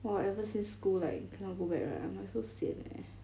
!wah! ever since school like cannot go back right I'm like so sian eh